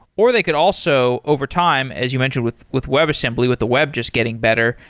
or they could also, overtime, as you mentioned with with webassembly, with the web just getting better,